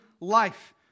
life